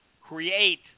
create